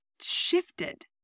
shifted